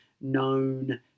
known